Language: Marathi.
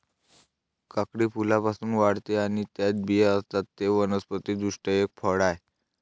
काकडी फुलांपासून वाढते आणि त्यात बिया असतात, ते वनस्पति दृष्ट्या एक फळ आहे